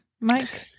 Mike